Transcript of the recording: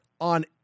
on